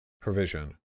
provision